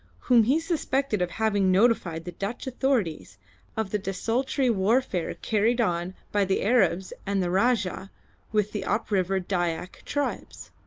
whom he suspected of having notified the dutch authorities of the desultory warfare carried on by the arabs and the rajah with the up-river dyak tribes.